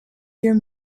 your